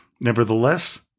Nevertheless